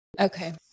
Okay